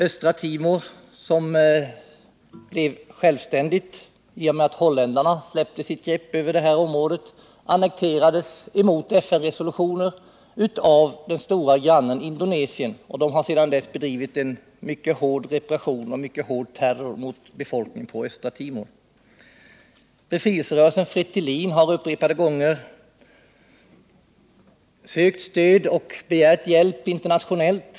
Östra Timor, som blev självständigt i och med att holländarna släppte sitt grepp över detta område, annekterades, emot FN-resolutionen, av den stora grannen Indonesien, som sedan dess har bedrivit mycket hård repression och terror mot befolkningen på Östra Timor. Befrielserörelsen Fretilin har upprepade gånger sökt stöd och hjälp internationellt.